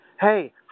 hey